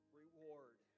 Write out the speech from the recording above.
reward